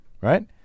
right